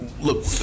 look